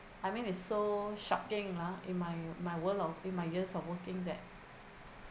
I mean it's so shocking ah in my my world of in my years of working that